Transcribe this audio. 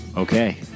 Okay